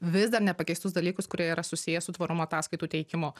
vis dar nepakeistus dalykus kurie yra susiję su tvarumo ataskaitų teikimu